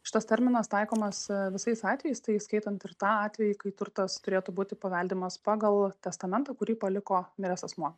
šitas terminas taikomas visais atvejais tai įskaitant ir tą atvejį kai turtas turėtų būti paveldimas pagal testamentą kurį paliko miręs asmuo